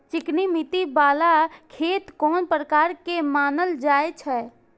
चिकनी मिट्टी बाला खेत कोन प्रकार के मानल जाय छै?